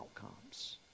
outcomes